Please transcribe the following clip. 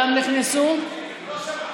אנחנו עושים הצבעה